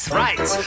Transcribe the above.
right